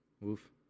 Woof